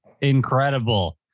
Incredible